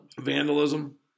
Vandalism